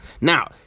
Now